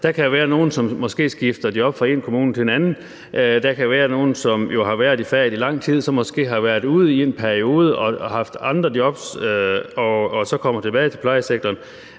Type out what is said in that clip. Der kan jo være nogle, som måske skifter job fra én kommune til en anden kommune. Der kan være nogle, som har været i faget i lang tid, men som måske har været ude i en periode og har haft andre jobs og så kommer tilbage til plejesektoren.